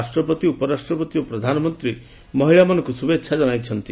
ରାଷ୍ଟ୍ରପତି ଉପରାଷ୍ଟ୍ରପତି ଓ ପ୍ରଧାନମନ୍ତ୍ରୀ ମହିଳାମାନଙ୍କୁ ଶୁଭେଚ୍ଛା ଜଣାଇଛନ୍ତି